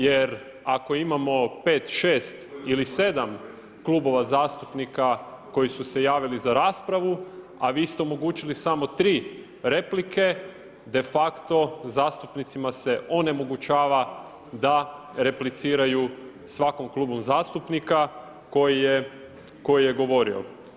Jer ako imamo pet, šest ili sedam klubova zastupnika koji su se javili za raspravu, a vi ste omogućili samo tri replike de facto zastupnicima se onemogućava da repliciraju svakom klubu zastupnika koji je govorio.